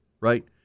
right